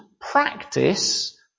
practice